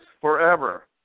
forever